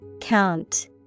Count